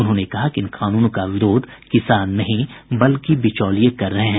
उन्होंने कहा कि इन कानूनों का विरोध किसान नहीं बल्कि बिचौलिये कर रहे हैं